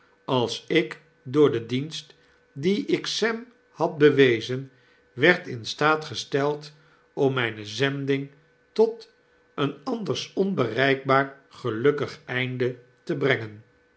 als ik door den dienst dien ik sem had bewezen werd in staat gesteld om myne zending tot een anders onbereikbaar gelukkig einde te brengen